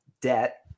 debt